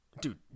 dude